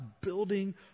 building